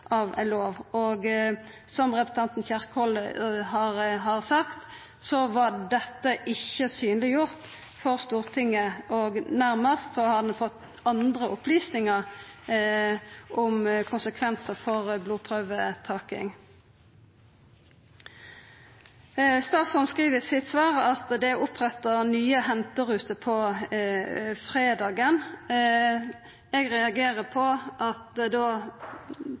av ei lov. Som representanten Kjerkol har sagt, dette var ikkje synleggjort for Stortinget. Ein hadde nærmast fått andre opplysningar om konsekvensar for det å ta blodprøver. Statsråden skriv i svaret sitt at det er «opprettet nye henteruter på fredager». Eg reagerer på at